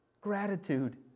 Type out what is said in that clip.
gratitude